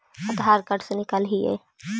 आधार card से निकाल हिऐ?